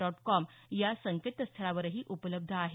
dot com या संकेतस्थळावरही उपलब्ध आहे